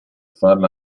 farla